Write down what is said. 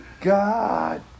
God